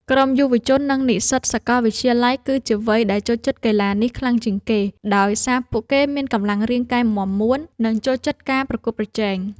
ក្រុមយុវជន និងនិស្សិតសាកលវិទ្យាល័យ គឺជាវ័យដែលចូលចិត្តកីឡានេះខ្លាំងជាងគេ ដោយសារពួកគេមានកម្លាំងរាងកាយមាំមួន និងចូលចិត្តការប្រកួតប្រជែង។